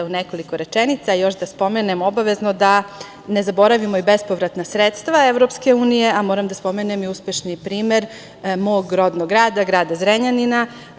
U nekoliko rečenica, još da spomenem obavezno, da ne zaboravimo i bespovratna sredstva EU, a moram da spomenem i uspešni primer mog rodnog grada, grada Zrenjanina.